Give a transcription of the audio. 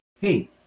hey